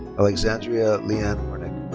alexandrea leeann hornick.